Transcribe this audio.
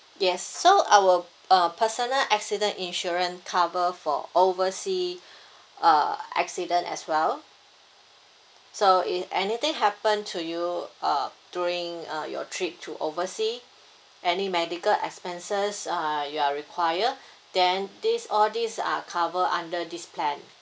yes so our uh personal accident insurance cover for oversea uh accident as well so if anything happen to you uh during uh your trip to oversea any medical expenses uh you are require then this all these are cover under this plan